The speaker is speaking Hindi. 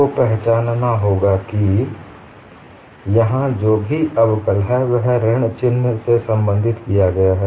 और आपको यह पहचानना होगा कि यहां जो भी अवकल है वह ऋण चिन्ह से संबंधित किया है